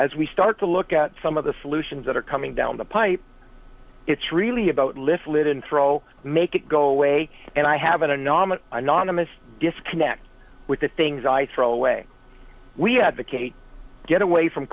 as we start to look at some of the solutions that are coming down the pipe it's really about lift lid and throw make it go away and i have an anomaly anonymous disconnect with the things i throw away we advocate get away from